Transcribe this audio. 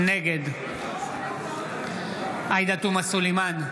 נגד עאידה תומא סלימאן,